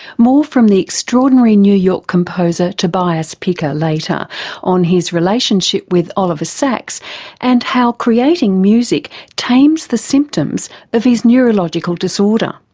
more from the extraordinary new york composer tobias picker later on his relationship with oliver sacks and how creating music tames the symptoms of his neurological disorder.